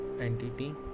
entity